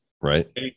right